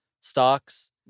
stocks